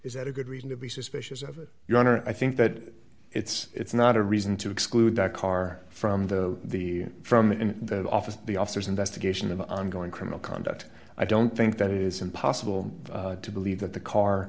is that a good reason to be suspicious of your honor i think that it's not a reason to exclude that car from the the from in the office the officers investigation of ongoing criminal conduct i don't think that it is impossible to believe that the car